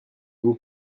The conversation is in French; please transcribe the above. vous